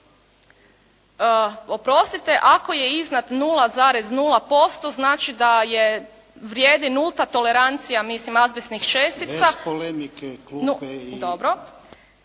Oprostite ako je iznad 0,0% znači da je vrijedi nulta tolerancija mislim azbestnih čestica. **Jarnjak, Ivan